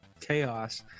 chaos